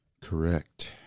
Correct